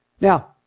Now